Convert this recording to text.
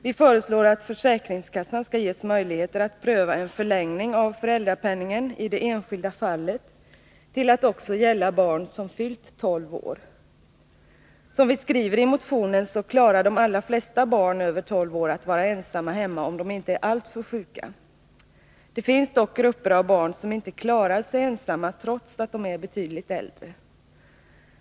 Vi föreslår att försäkringskassan skall ges möjligheter att pröva en förlängning av föräldrapenningen i det enskilda fallet till att gälla också barn som fyllt 12 år. Som vi skriver i motionen, klarar de allra flesta barn över 12 år att vara ensamma hemma, om de inte är alltför sjuka. Det finns dock grupper av barn som inte klarar sig ensamma, trots att de är betydligt äldre.